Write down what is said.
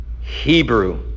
Hebrew